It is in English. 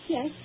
Yes